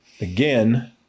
again